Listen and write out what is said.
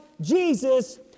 Jesus